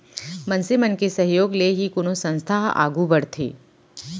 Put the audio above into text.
मनसे मन के सहयोग ले ही कोनो संस्था ह आघू बड़थे